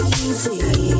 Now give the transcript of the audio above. easy